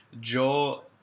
Joel